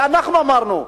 אנחנו אמרנו,